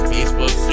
Facebook